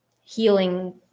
healing